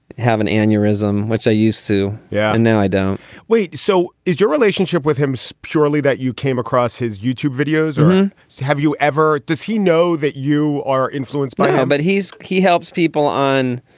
have an aneurysm, which i used to. yeah. and now i don't wait so is your relationship with him so purely that you came across his youtube videos or um have you ever. does he know that you are influenced by him? um but he's he helps people on